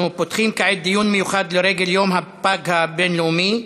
אנחנו פותחים כעת דיון מיוחד לרגל יום הפג הביו-לאומי,